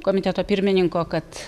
komiteto pirmininko kad